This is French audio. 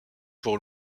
pour